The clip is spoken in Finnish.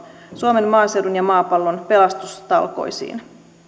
suomen maaseudun ja maapallon pelastustalkoisiin